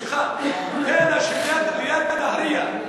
סליחה, שליד נהרייה,